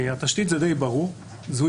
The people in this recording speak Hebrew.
התשתית, זה די ברור, זה זיהוי